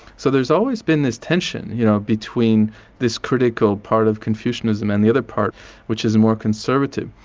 so there's always been this tension you know between this critical part of confucianism and the other part which is more conservative.